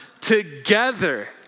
together